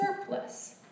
surplus